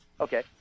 okay